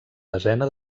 desena